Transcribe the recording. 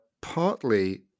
partly